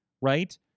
right